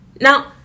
Now